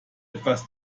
etwas